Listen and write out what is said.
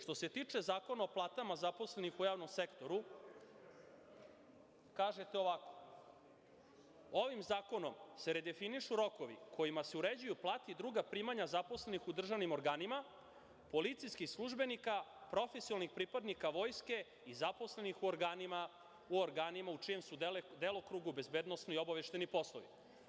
Što se tiče zakona o platama zaposlenih u javnom sektoru, kažete ovako – ovim zakonom se redefinišu rokovi kojima se uređuju plate i druga primanja zaposlenih u državnim organima, policijskih službenika, profesionalnih pripadnika vojske i zaposlenih u organima u čijem su delokrugu bezbednosni i obaveštajni poslovi.